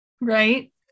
Right